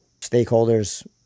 stakeholders